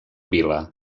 vila